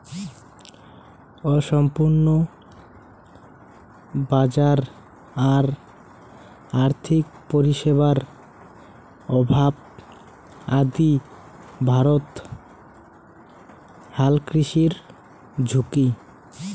অসম্পূর্ণ বাজার আর আর্থিক পরিষেবার অভাব আদি ভারতত হালকৃষির ঝুঁকি